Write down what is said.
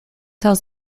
tells